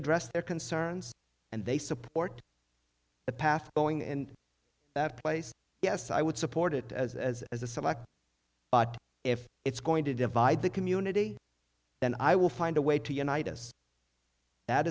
address their concerns and they support the path going in that place yes i would support it as a as a select but if it's going to divide the community then i will find a way to unite us